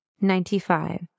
ninety-five